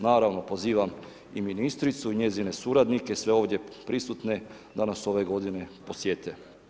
Naravno pozivam i ministricu i njezine suradnike, sve ovdje prisutne da nas ove godine posjete.